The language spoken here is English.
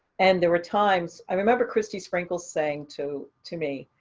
and there were times i remember christy sprinkles saying to to me,